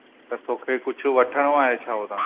त तोखे कुझु वठणो आहे छा हुता